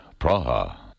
Praha